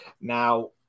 Now